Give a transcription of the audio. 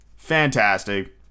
Fantastic